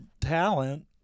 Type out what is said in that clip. talent